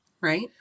right